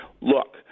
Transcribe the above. look